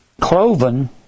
Cloven